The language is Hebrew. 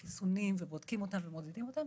חיסונים, בודקים אותם ומודדים אותם,